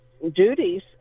duties